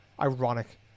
ironic